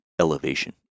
elevation